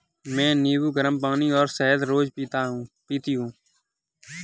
मैं नींबू, गरम पानी और शहद रोज पीती हूँ